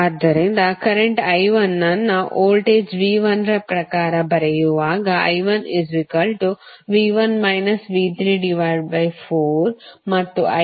ಆದ್ದರಿಂದ current I1 ಅನ್ನು voltage V1 ರ ಪ್ರಕಾರ ಬರೆಯುವಾಗ I1 V1 V34 ಮತ್ತು ix V1 V22